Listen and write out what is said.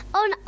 on